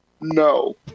no